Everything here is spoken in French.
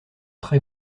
très